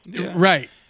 Right